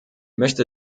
möchte